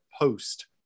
post